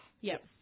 yes